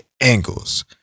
angles